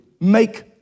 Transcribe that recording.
make